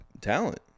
Talent